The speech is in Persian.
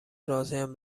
راضیم